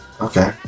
okay